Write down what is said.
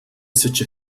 such